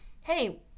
hey